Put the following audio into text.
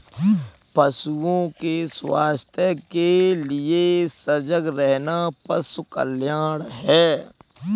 पशुओं के स्वास्थ्य के लिए सजग रहना पशु कल्याण है